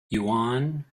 yuan